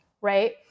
right